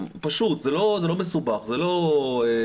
זה פשוט, זה לא מסובך, זה לא נאס"א.